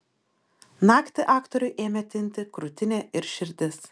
naktį aktoriui ėmė tinti krūtinė ir širdis